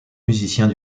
musiciens